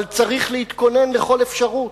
אבל צריך להתכונן לכל אפשרות.